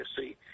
see